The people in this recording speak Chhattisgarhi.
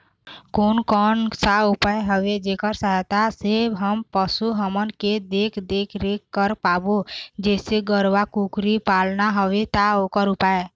कोन कौन सा उपाय हवे जेकर सहायता से हम पशु हमन के देख देख रेख कर पाबो जैसे गरवा कुकरी पालना हवे ता ओकर उपाय?